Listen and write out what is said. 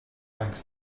eins